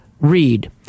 read